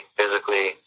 physically